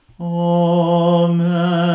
Amen